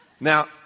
now